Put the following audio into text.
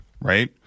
Right